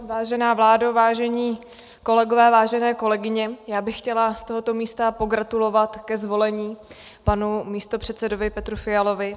Vážená vládo, vážení kolegové, vážené kolegyně, já bych chtěla z tohoto místa pogratulovat ke zvolení panu místopředsedovi Petru Fialovi.